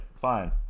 fine